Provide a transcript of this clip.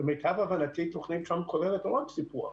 ולמיטב הבנתי, תוכנית טראמפ כוללת עוד סיפוח,